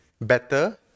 better